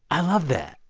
i love that.